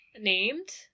Named